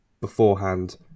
beforehand